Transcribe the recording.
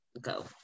go